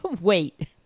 wait